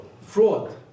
Fraud